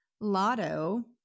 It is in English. Lotto